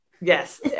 yes